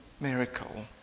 miracle